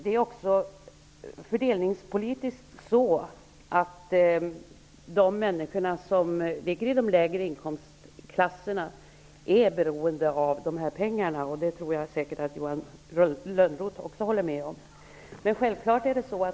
Beträffande fördelningspolitiken är det så att människorna i de lägre inkomstklasserna är beroende av pengarna. Det tror jag säkert att Johan Lönnroth också håller med om.